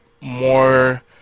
more